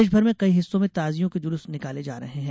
प्रदेशमर के कई हिस्सों में ताजियों के जुलूस निकाले जा रहे हैं